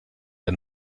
der